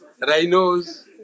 Rhinos